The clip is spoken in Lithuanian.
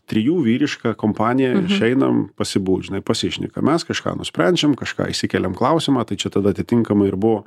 trijų vyriška kompanija išeinam pasibūt žinai pasišnekam mes kažką nusprendžiam kažką išsikeliam klausimą tai čia tada atitinkamai ir buvo